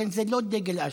לכן זה לא דגל אש"ף,